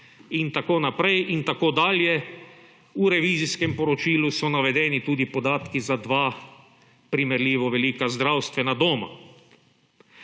in tako naprej in tako dalje. V revizijskem poročilu so navedeni tudi podatki za dva primerljivo velika zdravstvena doma.